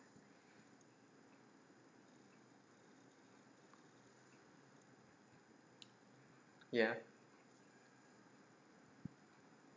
ya